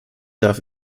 darf